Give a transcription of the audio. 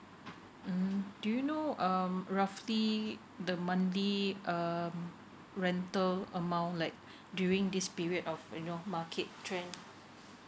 mm do you know um roughly the monthly um rental amount like during this period of you know market trend